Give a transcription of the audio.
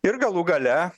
ir galų gale